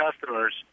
customers